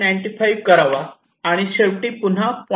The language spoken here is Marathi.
95 करावा आणि शेवटी पुन्हा 0